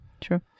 true